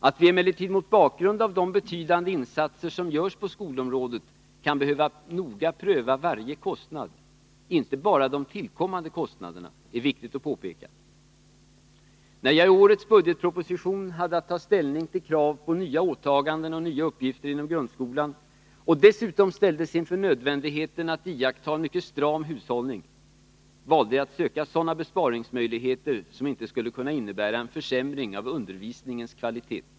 Att vi emellertid mot bakgrund av de betydande insatser som görs på skolområdet kan behöva noga pröva varje kostnad — inte bara de tillkommande kostnaderna — är viktigt att påpeka. När jag i årets budgetproposition hade att ta ställning till krav på nya åtaganden och nya uppgifter inom grundskolan, och dessutom ställdes inför nödvändigheten att iaktta en mycket stram hushållning, valde jag att söka sådana besparingsmöjligheter som inte skulle kunna innebära en försämring av undervisningens kvalitet.